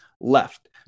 left